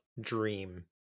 dream